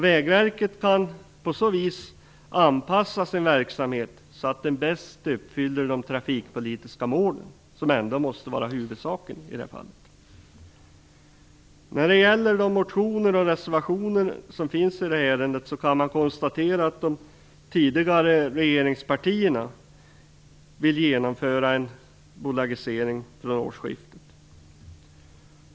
Vägverket kan på så vis anpassa sin verksamhet så att den på bästa sätt uppfyller de trafikpolitiska målen, som ändå måste vara huvudsaken i det här fallet. Utifrån de motioner som behandlas i betänkandet och som följs upp av reservationer kan man konstatera att de tidigare regeringspartierna vill genomföra en bolagisering från årsskiftet.